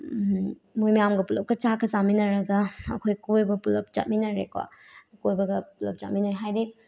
ꯃꯣꯏ ꯃꯌꯥꯝꯒ ꯄꯨꯂꯞꯀ ꯆꯥꯛꯀ ꯆꯥꯃꯤꯟꯅꯔꯒ ꯑꯩꯈꯣꯏ ꯀꯣꯏꯕ ꯄꯨꯂꯞ ꯆꯠꯃꯤꯟꯅꯔꯦꯀꯣ ꯀꯣꯏꯕꯒ ꯄꯨꯂꯞ ꯆꯠꯃꯤꯟꯅꯩ ꯍꯥꯏꯗꯤ